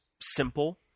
simple